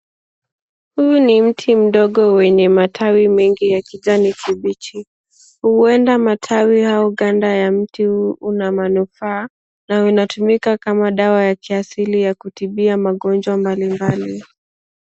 Huu ni mti mdogo wenye matawi mengi ya kijani kibichi huenda matawi au ganda ya mti huu unamanufaa na inatumika kama dawa ya kiasili ya kutibia magonjwa mbalimbali.